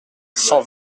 cent